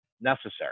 necessary